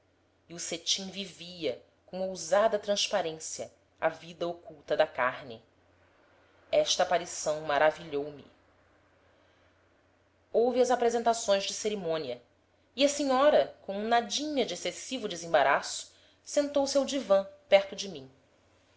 e o cetim vivia com ousada transparência a vida oculta da carne esta aparição maravilhou me houve as apresentações de cerimônia e a senhora com um nadinha de excessivo desembaraço sentou-se no divã perto de mim